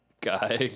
guy